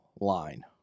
line